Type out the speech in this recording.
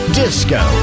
disco